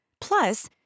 Plus